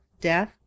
death